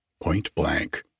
point-blank